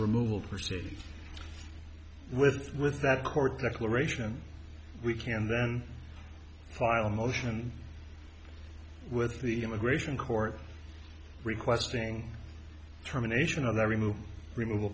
removal proceed with with that court exploration we can then file a motion with the immigration court requesting terminations of every move re